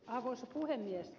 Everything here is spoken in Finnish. arvoisa puhemies